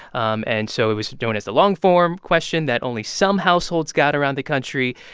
um and so it was known as the long-form question that only some households got around the country.